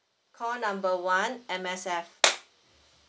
call number one M_S_F